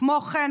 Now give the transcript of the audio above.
כמו כן,